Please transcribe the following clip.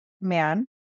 man